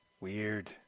weird